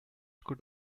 could